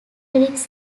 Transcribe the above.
lyrics